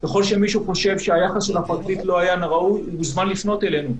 ככל שמישהו חושב שהיחס של הפרקליט לא היה ראוי הוא מוזמן לפנות אלינו.